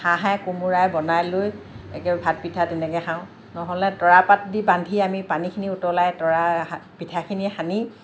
হাঁহে কোমোৰাই বনাই লৈ একেবাৰে ভাত পিঠা তেনেকে খাওঁ নহ'লে তৰাপাত দি বান্ধি আমি পানীখিনি উতলাই তৰাপিঠাখিনি সানি